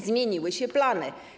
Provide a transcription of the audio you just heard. Zmieniły się plany.